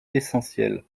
essentiel